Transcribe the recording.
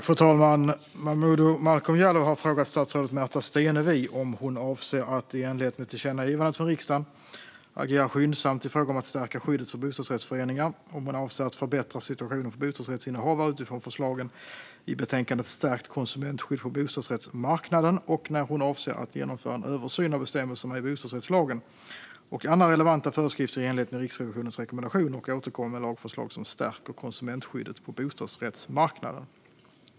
Fru talman! Momodou Malcolm Jallow har frågat statsrådet Märta Stenevi om hon avser att i enlighet med tillkännagivandet från riksdagen agera skyndsamt i fråga om att stärka skyddet för bostadsrättsföreningar, om hon avser att förbättra situationen för bostadsrättsinnehavare utifrån förslagen i betänkandet Stärkt konsumentskydd på bostadsrättsmarknaden samt när hon avser att i enlighet med Riksrevisionens rekommendationer genomföra en översyn av bestämmelserna i bostadsrättslagen och andra relevanta föreskrifter och återkomma med lagförslag som stärker konsumentskyddet på bostadsrättsmarknaden.